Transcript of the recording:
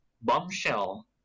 bombshell